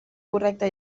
correcta